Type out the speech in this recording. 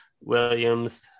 Williams